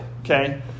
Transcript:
okay